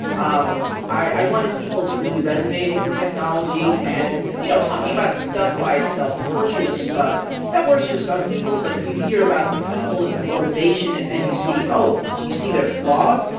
um i wanted people to really resonate with the technology. and you know, talking about stuff by itself a portrait of stuff that works for some people. but if you hear about the people and the motivation and then you see oh you see their flaws,